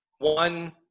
one